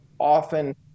often